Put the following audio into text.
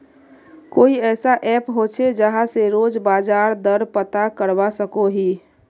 कोई ऐसा ऐप होचे जहा से रोज बाजार दर पता करवा सकोहो ही?